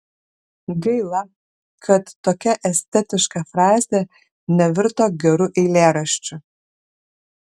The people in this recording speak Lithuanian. gaila kad tokia estetiška frazė nevirto geru eilėraščiu